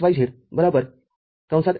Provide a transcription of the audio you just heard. Fxyz x y